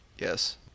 Yes